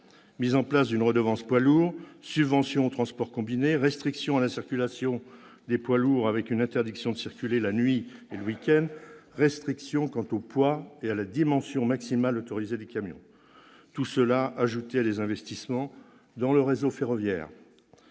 mise en place d'une redevance poids lourds, subventions au transport combiné, restrictions à la circulation des poids lourds, avec interdiction de circuler la nuit et le week-end, restrictions relatives à la dimension et au poids maximaux autorisés des camions, tout ceci s'ajoutant à des investissements dans le réseau ferroviaire.